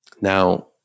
Now